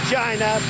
China